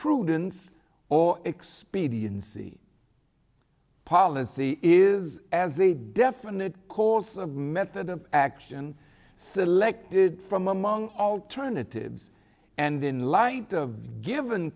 expediency policy is as a definite cause of method of action selected from among alternatives and in light of given